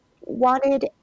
wanted